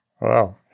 Wow